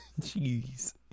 Jeez